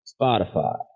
Spotify